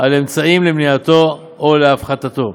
על אמצעים למניעתו או להפחתתו.